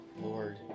Lord